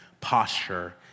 posture